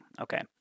Okay